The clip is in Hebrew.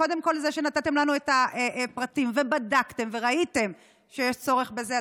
קודם כול זה שנתתם לנו את הפרטים ובדקתם וראיתם שיש צורך בזה,